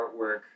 artwork